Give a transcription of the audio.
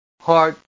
heart